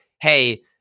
Hey